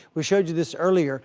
we showed you this earlier.